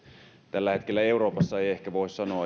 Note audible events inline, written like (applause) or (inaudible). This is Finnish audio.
tällä hetkellä euroopassa ei ehkä voi sanoa (unintelligible)